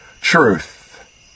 truth